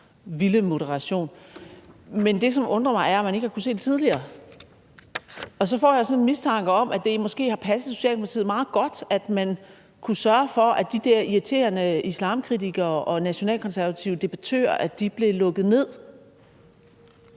vilde moderation, men det, som undrer mig, er, at man ikke har kunnet se det tidligere, og så får jeg sådan en mistanke om, at det måske har passet Socialdemokratiet meget godt, at man kunne sørge for, at de der irriterende islamkritikere og nationalkonservative debattører blev lukket ned.